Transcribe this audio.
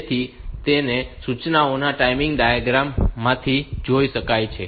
તેથી તેને સૂચનાઓના ટાઈમિંગ ડાયાગ્રામ માંથી જોઈ શકાય છે